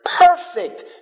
Perfect